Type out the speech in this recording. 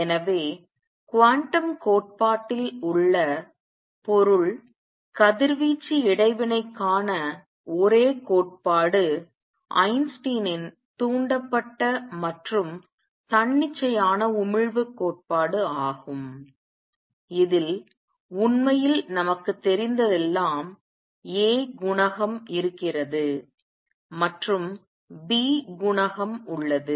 எனவே குவாண்டம் கோட்பாட்டில் உள்ள பொருள் கதிர்வீச்சு இடைவினைக்கான ஒரே கோட்பாடு ஐன்ஸ்டீனின் தூண்டப்பட்ட மற்றும் தன்னிச்சையான உமிழ்வுக் கோட்பாடு ஆகும் இதில் உண்மையில் நமக்குத் தெரிந்ததெல்லாம் a குணகம் இருக்கிறது மற்றும் b குணகம் உள்ளது